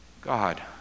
God